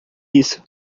isso